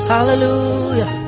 Hallelujah